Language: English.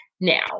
now